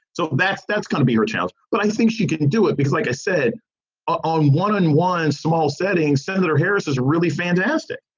so that's that's going to be a challenge. but i think she can do it because like i said on one on one small settings, senator harris is really fantastic.